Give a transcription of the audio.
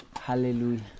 Hallelujah